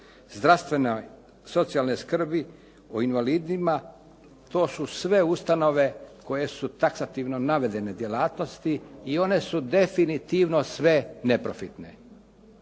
zdravstvena, socijalne skrbi, o invalidima. To su sve ustanove koje su taksativno navedene djelatnosti i one su definitivno sve neprofitne.